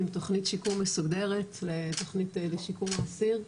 עם תוכנית שיקום מסודרת לתוכנית לשיקום האסיר,